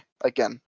Again